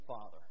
Father